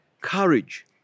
Courage